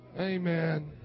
Amen